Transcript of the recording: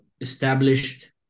established